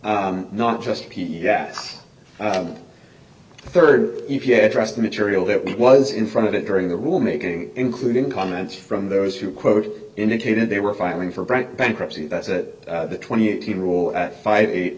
not just that third if you address the material that was in front of it during the rulemaking including comments from those who quote indicated they were filing for bankruptcy that's it the twenty eight hundred rule at five eight